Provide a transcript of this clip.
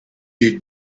you